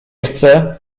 chce